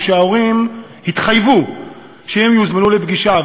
ההורים התחייבו שאם הם יוזמנו לפגישה,